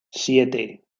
siete